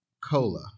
Cola